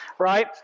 Right